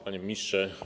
Panie Ministrze!